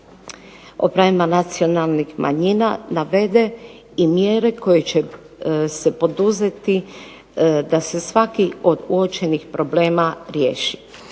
o pravima nacionalnih manjina navede i mjere koje će se poduzeti da se svaki od uočenih problema riješi.